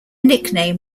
nickname